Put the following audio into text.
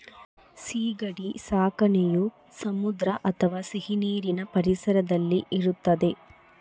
ಸೀಗಡಿ ಸಾಕಣೆಯು ಸಮುದ್ರ ಅಥವಾ ಸಿಹಿನೀರಿನ ಪರಿಸರದಲ್ಲಿ ಇರುತ್ತದೆ